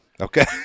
Okay